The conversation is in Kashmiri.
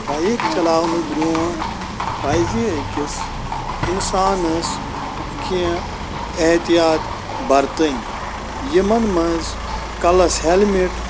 بایِک چَلاونہٕ بروٚنٛٹھ پَزِ أکِس اِنسانَس کیٚنٛہہ احتِیاط بَرتٕنۍ یِمَن منٛز کَلَس ہیٚلمِٹ